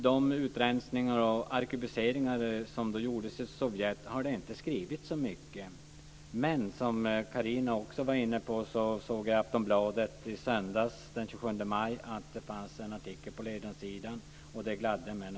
Det har inte skrivits så mycket om de utrensningar och arkebuseringar som gjordes i Sovjet. Men i Aftonbladet i söndags, den 27 maj, fanns det en artikel på ledarsidan. Det gladde mig.